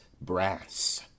brass